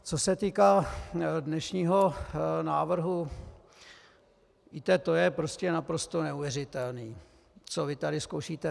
Co se týká dnešního návrhu, víte, to je prostě naprosto neuvěřitelné, co vy tady zkoušíte.